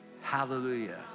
Hallelujah